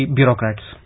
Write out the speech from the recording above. bureaucrats